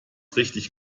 richtig